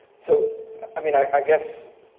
so i mean, i guess,